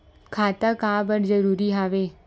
खाता का बर जरूरी हवे?